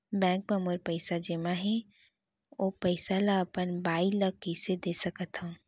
Bank म मोर पइसा जेमा हे, ओ पइसा ला अपन बाई ला कइसे दे सकत हव?